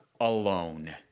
alone